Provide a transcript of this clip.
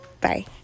Bye